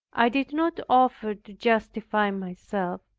i did not offer to justify myself,